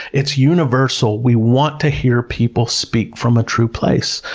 it's universal. we want to hear people speak from a true place.